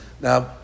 Now